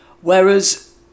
Whereas